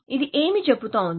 ఇది ఏమి చెబుతోంది